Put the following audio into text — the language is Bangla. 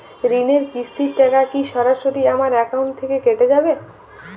ঋণের কিস্তির টাকা কি সরাসরি আমার অ্যাকাউন্ট থেকে কেটে যাবে?